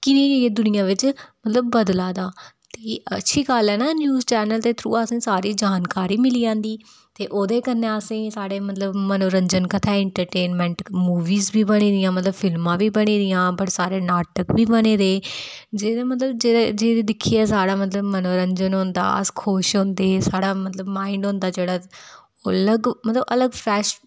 कि केह् केह् दुनिया बिच्च बदलै दा ते अच्छी गल्ल ऐ ना न्यूज़ चैनल दे थरू असेंगी सारी जानकारी मिली जन्दी ते ओह्दे कन्नै असें साह्ड़े मतलब मनोरंजन ते ऐंटरटेनमेंट मूवीज बी बनी दियां मतलब फिल्मां बी बनी दियां बड़े सारे नाटक बी बने दे जेह्दे मतलब जिनेंगी दिक्खियै साह्ड़ा मतलब मनोरंजन होंदा अस खुश होंदे साड़ा मतलब माइंड होंदा जेह्ड़ा ओह् अलग मतलब अलग फ्रेश